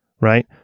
right